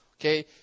okay